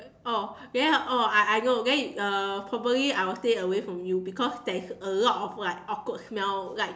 oh then oh I I know uh probably I'll stay away from you because there is a lot of like awkward like smell like